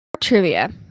trivia